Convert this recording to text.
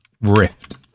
Rift